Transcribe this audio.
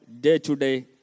day-to-day